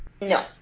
No